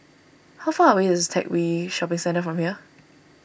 how far away is Teck Whye Shopping Centre from here